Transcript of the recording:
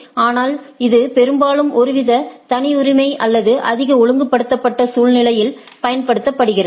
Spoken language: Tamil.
ஆனால் இது பெரும்பாலும் ஒருவித தனியுரிம அல்லது அதிக ஒழுங்குபடுத்தப்பட்ட சூழ்நிலையில் பயன்படுத்தப்படுகிறது